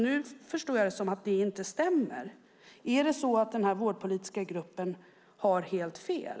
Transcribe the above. Nu förstår jag det som att det inte stämmer. Är det så att denna vårdpolitiska grupp har helt fel?